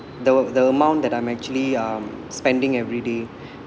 the the amount that I'm actually um spending everyday